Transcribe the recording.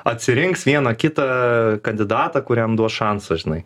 atsirinks vieną kitą kandidatą kuriam duos šansą žinai